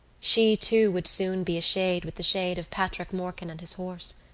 she, too, would soon be a shade with the shade of patrick morkan and his horse.